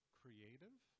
creative